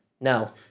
No